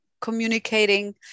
communicating